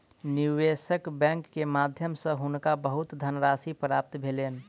निवेशक बैंक के माध्यम सॅ हुनका बहुत धनराशि प्राप्त भेलैन